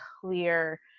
clear